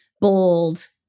bold